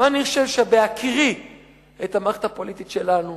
ואני חושב שבהכירי את המערכת הפוליטית שלנו